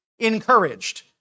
encouraged